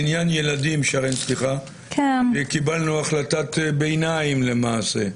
בעניין ילדים קיבלנו החלטת ביניים למעשה.